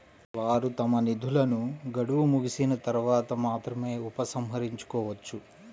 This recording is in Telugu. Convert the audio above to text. వారు తమ నిధులను గడువు ముగిసిన తర్వాత మాత్రమే ఉపసంహరించుకోవచ్చు